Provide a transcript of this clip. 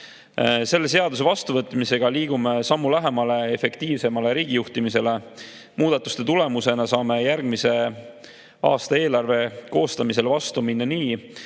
2023.Selle seaduse vastuvõtmisega liigume sammu lähemale efektiivsemale riigijuhtimisele. Muudatuste tulemusena saame järgmise aasta eelarve koostamisele vastu minna nii,